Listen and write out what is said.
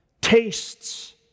tastes